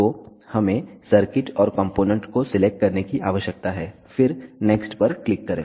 तो हमें सर्किट और कॉम्पोनेंट को सिलेक्ट करने की आवश्यकता है फिर नेक्स्ट पर क्लिक करें